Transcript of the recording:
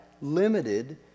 limited